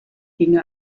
ginge